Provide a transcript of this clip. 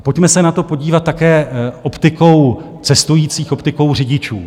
A pojďme se na to podívat také optikou cestujících, optikou řidičů.